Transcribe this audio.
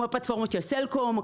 כמו הפלטפורמות של סלקום,